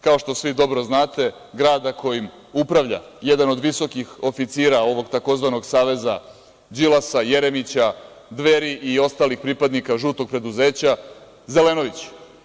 Kao što svi dobro znate grada kojim upravlja jedan od visokih oficira, ovog tzv. saveza Đilasa, Jeremića, Dveri i ostalih pripadnika žutog preduzeća Zelenović.